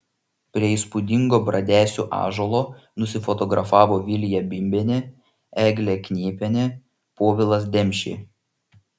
prie įspūdingo bradesių ąžuolo nusifotografavo vilija bimbienė eglė knėpienė povilas demšė